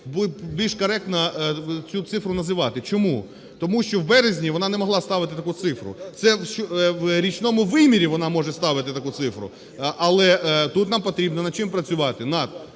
більш коректно цю цифру називати. Чому? Тому що у березні вона не могла ставити таку цифру, це в річному вимірі вона може ставити таку цифру. Але тут нам потрібно над чим працювати?